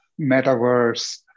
metaverse